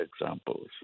examples